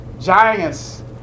giants